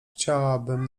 chciałabym